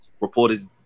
Reporters